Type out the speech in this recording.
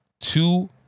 two